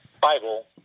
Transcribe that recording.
Bible